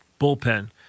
bullpen